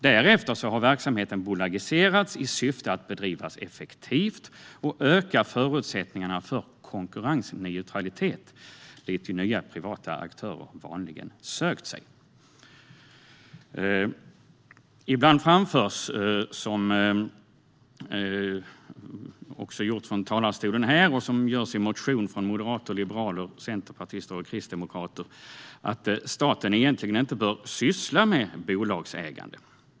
Därefter har verksamheten bolagiserats i syfte att bedrivas effektivt och öka förutsättningarna för konkurrensneutralitet, och dit har nya, privata aktörer vanligen sökt sig. Det framförs ibland, såsom skett från denna talarstol och i motioner från moderater, liberaler, centerpartister och kristdemokrater, att staten egentligen inte bör syssla med bolagsägande.